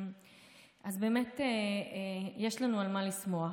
אז באמת יש לנו על מה לשמוח,